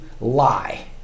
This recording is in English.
lie